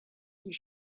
you